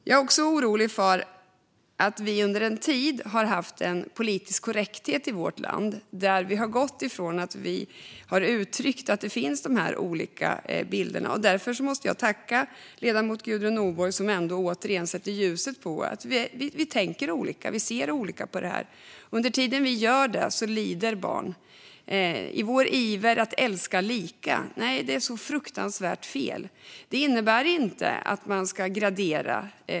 Jag oroar mig också för att vi under en tid har haft en politisk korrekthet i vårt land där vi har gått ifrån att uttrycka att det finns de här olika bilderna. Därför tackar jag ledamoten Gudrun Nordborg, som åter sätter ljuset på att vi tänker och ser olika på detta. Men under tiden vi gör det och i vår iver att älska lika lider barn, och det är fruktansvärt fel. Det innebär inte att man ska gradera.